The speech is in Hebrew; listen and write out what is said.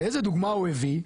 ואיזה דוגמה הוא הביא,